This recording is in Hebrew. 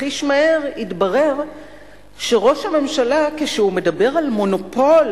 חיש מהר התברר שכשראש הממשלה מדבר על מונופול